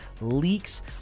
leaks